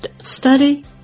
study